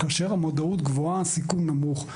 כאשר המודעות גבוהה הסיכון נמוך.